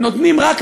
חבר'ה,